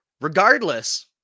Regardless